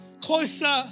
closer